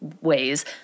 Ways